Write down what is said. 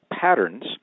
patterns